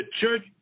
church